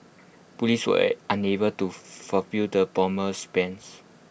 Police were unable to the bomber's bans